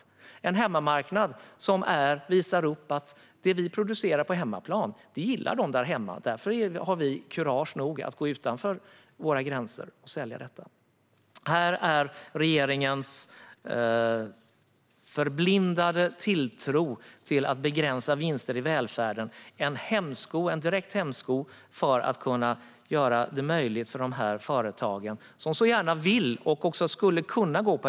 De behöver kunna visa upp att det de producerar på hemmaplan är omtyckt av dem där hemma och att de därför har kurage nog för att gå utanför landets gränser och sälja sina tjänster. Regeringens förblindade tilltro till att begränsa vinster i välfärden utgör en direkt hämsko för att möjliggöra för dessa företag att gå på export, vilket de så gärna vill och skulle kunna.